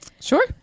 Sure